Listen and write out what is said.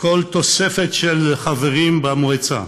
כל תוספת של חברים במועצה,